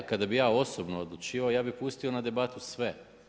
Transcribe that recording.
A kada bi ja osobno odlučivao, ja bih pustio na debatu sve.